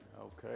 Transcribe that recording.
Okay